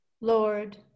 lord